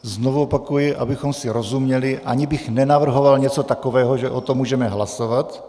Znovu opakuji, abychom si rozuměli, ani bych nenavrhoval něco takového, že o tom můžeme hlasovat.